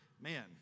man